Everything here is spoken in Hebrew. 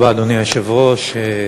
אדוני היושב-ראש,